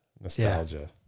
Nostalgia